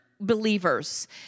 believers